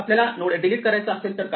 आपल्याला node delete करायचा असेल तर काय